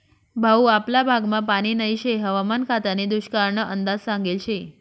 भाऊ आपला भागमा पानी नही शे हवामान खातानी दुष्काळना अंदाज सांगेल शे